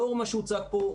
לאור מה שהוצג פה,